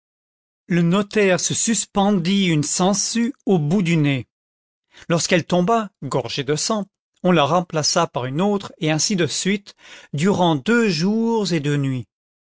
le notaire se suspendit une sangsue au bout du nez lorsqu'elle tomba gorgée de sang on la remplaça par une autre et ainsi de suite durant deux jours et deux nuits